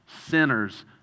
sinners